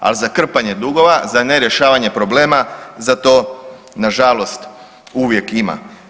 Al za krpanje dugova, za nerješavanje problema, za to nažalost uvijek ima.